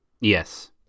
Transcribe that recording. Yes